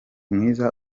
mwiza